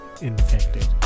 Infected